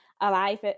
alive